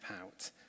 out